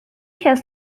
has